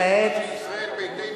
גפני יושב עם אנשי ישראל ביתנו,